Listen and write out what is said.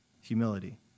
Humility